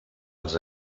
els